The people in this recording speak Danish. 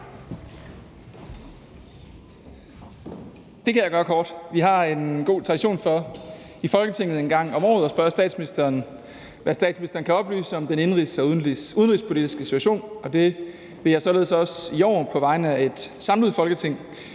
Det kan jeg gøre kort. Vi har en god tradition for i Folketinget en gang om året at spørge statsministeren, hvad statsministeren kan oplyse om den indenrigs- og udenrigspolitiske situation, og det vil jeg således også i år på vegne af et samlet Folketing